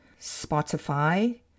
Spotify